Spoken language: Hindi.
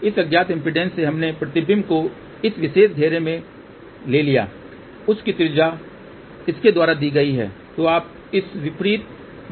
इस अज्ञात इम्पीडेन्स से हमने प्रतिबिंब को इस विशेष घेरे में ले लिया उस की त्रिज्या इसके द्वारा दी गई है तो आप इस विपरीत बिंदु पर जाते हैं